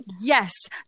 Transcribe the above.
yes